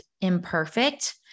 imperfect